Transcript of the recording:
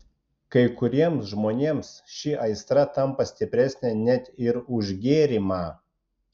kai kuriems žmonėms ši aistra tampa stipresnė net ir už gėrimą